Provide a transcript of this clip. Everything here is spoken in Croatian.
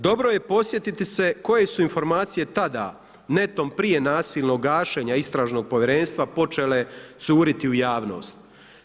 Dobro je podsjetiti se koje su informacije, tada, netom prije nasilnog gašenja Istražnog povjerenstva počele curiti u javnost.